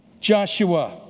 Joshua